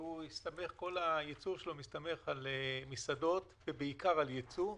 כל הייצור שלו מסתמך על מסעדות ובעיקר על ייצוא,